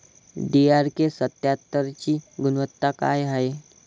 DRK सत्यात्तरची गुनवत्ता काय हाय?